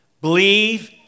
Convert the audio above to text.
believe